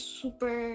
super